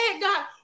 God